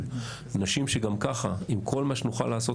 נשים שגם ככה עם כל מה שנוכל לעשות,